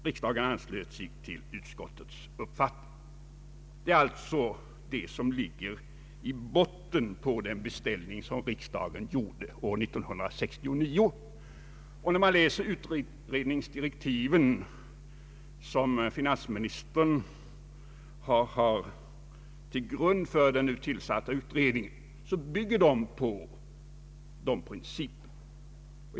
Riksdagen anslöt sig till utskottets uppfattning.” Detta är alltså vad som ligger i botten av den beställning, som riksdagen gjorde år 1969. De utredningsdirektiv som finansministern lagt till grund för den nu tillsatta utredningen bygger på dessa principer.